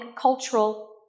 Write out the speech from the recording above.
cultural